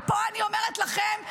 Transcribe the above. ופה אני אומרת לכם,